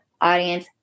audience